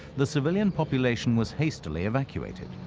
the civilian population was hastily evacuated.